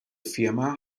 firma